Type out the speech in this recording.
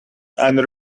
and